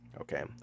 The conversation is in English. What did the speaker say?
okay